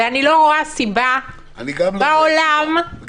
אני לא רואה סיבה בעולם --- אני גם לא רואה,